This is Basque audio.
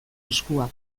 eskuak